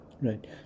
Right